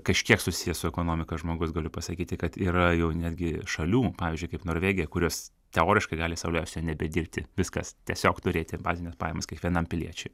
kažkiek susijęs su ekonomika žmogus galiu pasakyti kad yra jau netgi šalių pavyzdžiui kaip norvegija kurios teoriškai gali sau leisti nebedirbti viskas tiesiog turėti bazines pajamas kiekvienam piliečiui